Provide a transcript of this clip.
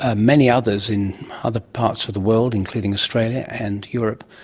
ah many others in other parts of the world, including australia and europe,